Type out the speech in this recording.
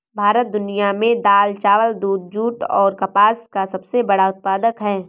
भारत दुनिया में दाल, चावल, दूध, जूट और कपास का सबसे बड़ा उत्पादक है